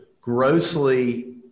grossly